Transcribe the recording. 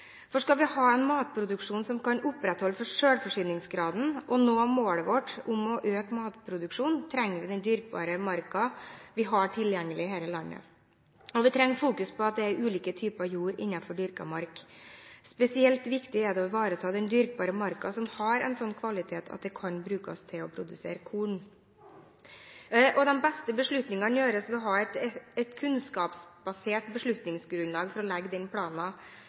For skal vi ha en matproduksjon som kan opprettholdes for selvforsyningsgraden, og nå målet vårt om å øke matproduksjonen, trenger vi den dyrkbare marka vi har tilgjengelig her i landet. Vi trenger fokus på at det er ulike typer jord innenfor dyrket mark. Spesielt viktig er det å ivareta den dyrkbare marka som har en sånn kvalitet at den kan brukes til å produsere korn. De beste beslutningene gjøres ved å ha et kunnskapsbasert beslutningsgrunnlag for å legge den planen.